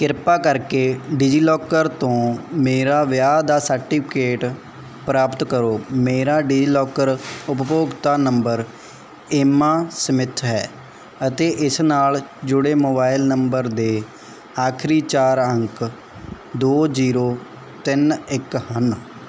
ਕਿਰਪਾ ਕਰਕੇ ਡਿਜੀਲਾਕਰ ਤੋਂ ਮੇਰਾ ਵਿਆਹ ਦਾ ਸਰਟੀਫਿਕੇਟ ਪ੍ਰਾਪਤ ਕਰੋ ਮੇਰਾ ਡਿਜੀਲਾਕਰ ਉਪਭੋਗਤਾ ਨੰਬਰ ਏਮਾ ਸਮਿੱਥ ਹੈ ਅਤੇ ਇਸ ਨਾਲ ਜੁੜੇ ਮੋਬਾਈਲ ਨੰਬਰ ਦੇ ਆਖਰੀ ਚਾਰ ਅੰਕ ਦੋ ਜ਼ੀਰੋ ਤਿੰਨ ਇੱਕ ਹਨ